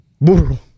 Burro